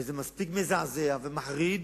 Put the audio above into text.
וזה מספיק מזעזע ומחריד